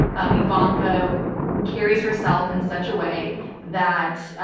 um ivanka carries herself in such a way that.